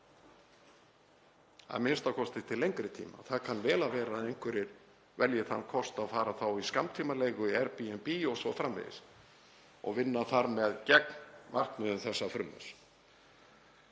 a.m.k. til lengri tíma. Það kann vel að vera að einhverjir velji þann kost að fara þá í skammtímaleigu, í Airbnb o.s.frv. og vinna þar með gegn markmiðum þessa frumvarps.